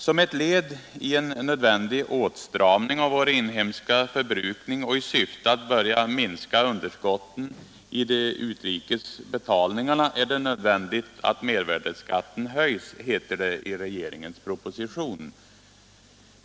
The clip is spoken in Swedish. Som ett led i en nödvändig åtstramning av vår inhemska förbrukning och i syfte att börja minska underskotten i de utrikes betalningarna är det nödvändigt att mervärdeskatten höjs, heter det i regeringens proposition.